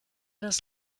das